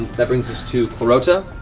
that brings us to clarota.